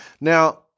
Now